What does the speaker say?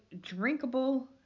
Drinkable